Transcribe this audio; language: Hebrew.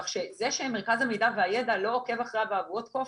כך שזה שמרכז המידע והידע לא עוקב אחרי אבעבועות קוף,